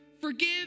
Forgive